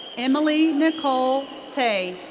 emily nicole te.